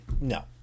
No